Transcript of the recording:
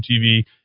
TV